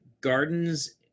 gardens